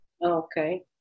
Okay